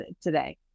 today